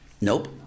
Nope